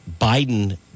Biden